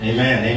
Amen